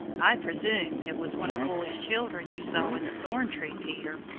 i presume it was one of bully's children you saw in the thorn-tree, peter.